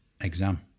exam